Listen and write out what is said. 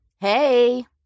Hey